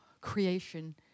creation